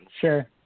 Sure